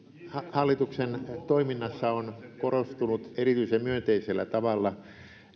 hallituksen toiminnassa on korostunut erityisen myönteisellä tavalla